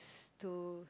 to